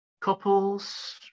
couples